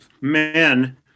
men